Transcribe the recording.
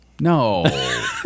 no